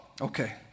okay